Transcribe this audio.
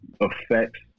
affects